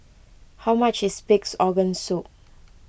how much is Pig's Organ Soup